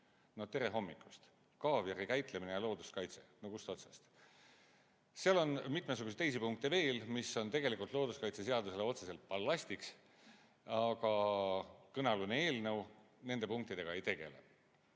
No tere hommikust! Kaaviari käitlemine ja looduskaitse. No kust otsast? Seal on mitmesuguseid teisi punkte veel, mis on tegelikult looduskaitseseadusele otseselt ballastiks, aga kõnealune eelnõu nende punktidega ei tegele.